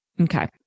Okay